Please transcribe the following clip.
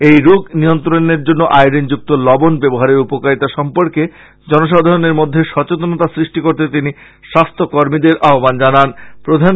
এই রোগ নিয়ন্ত্রনের জন্য আয়োডনযক্ত লবন ব্যবহারের উপকারিতা সম্পর্কে জনসাধারণের মধ্যে সচেতনতা সৃষ্টি করতে তিনি স্বাস্থ্য কর্মীদের আহ্বান জানান